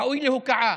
ראוי להוקעה.